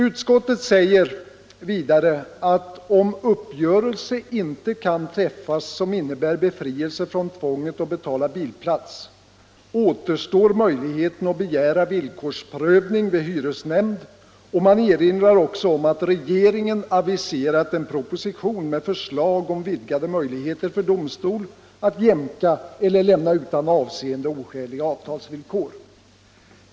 Utskottet säger vidare att om uppgörelse inte kan träffas som innebär befrielse från tvånget att betala bilplats, återstår möjligheten att begära villkorsprövning vid hyresnämnd, och man erinrar också om att regeringen aviserat en proposition med förslag om vidgade möjligheter för domstol att jämka eller lämna utan avseende oskäliga avtalsvillkor.